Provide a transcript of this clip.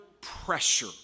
pressure